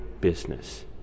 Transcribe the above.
business